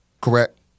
correct